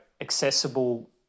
accessible